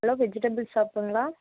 hello vegetable ஷாப்புங்களா